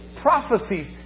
prophecies